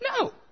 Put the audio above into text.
No